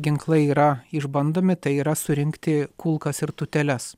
ginklai yra išbandomi tai yra surinkti kulkas ir tūteles